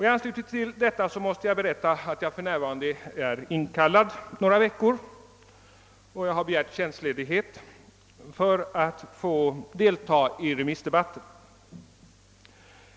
I anslutning till detta måste jag berätta att jag för närvarande är inkallad några veckor. Jag har begärt tjänstledighet för att få delta i remissdebatten.